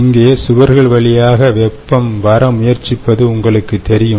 இங்கே சுவர்கள் வழியாக வெப்பம் வர முயற்சிப்பது உங்களுக்குத் தெரியும்